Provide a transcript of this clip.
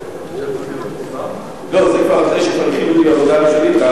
זה כבר אחרי שכבר הכינו לי איזו עבודה ראשונית.